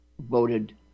voted